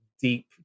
deep